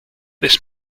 this